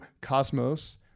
Cosmos